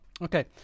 Okay